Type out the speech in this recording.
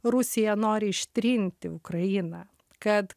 rusija nori ištrinti ukrainą kad